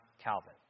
Calvin